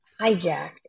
hijacked